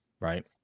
right